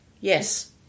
yes